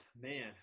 man